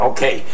Okay